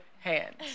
hands